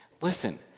listen